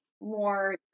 more